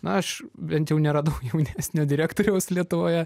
na aš bent jau neradau jaunesnio direktoriaus lietuvoje